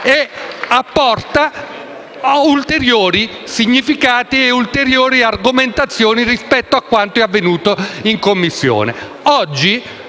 e apporta ulteriori significati e ulteriori argomentazioni rispetto a quanto avvenuto in Commissione.